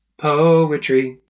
poetry